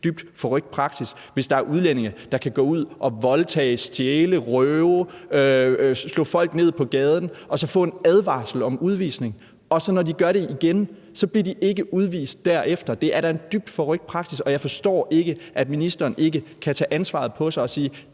en dybt, dybt forrykt praksis, hvis der er udlændinge, der kan gå ud og voldtage, stjæle, røve, slå folk ned på gaden og så få en advarsel om udvisning, og når de så gør det igen, bliver de ikke udvist derefter. Det er da en dybt forrykt praksis, og jeg forstår ikke, at ministeren ikke kan tage ansvaret på sig og sige,